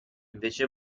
invece